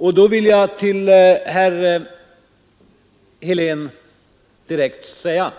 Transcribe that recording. Jag vill till herr Helén direkt säga